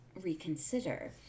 reconsider